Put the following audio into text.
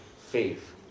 faith